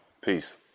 Peace